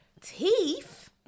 teeth